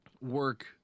work